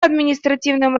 административным